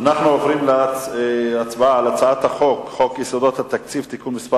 עוברים להצבעה בקריאה ראשונה על הצעת חוק יסודות התקציב (תיקון מס'